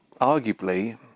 arguably